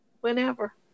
Whenever